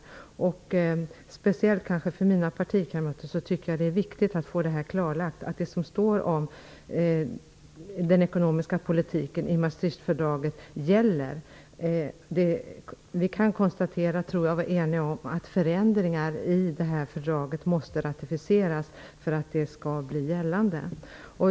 Jag tycker att det är viktigt för mina partikamrater att få det klarlagt att det som står om den ekonomiska politiken i Maastrichtfördraget gäller. Vi kan nog vara eniga om att förändringar i fördraget måste ratificeras för att bli gällande.